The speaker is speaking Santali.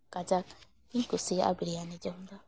ᱠᱟᱡᱟᱠᱤᱧ ᱠᱩᱥᱤᱭᱟᱜᱼᱟ ᱵᱨᱤᱭᱟᱱᱤ ᱡᱚᱢ ᱫᱚ